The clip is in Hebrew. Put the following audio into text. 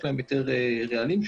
יש להם היתר רעלים.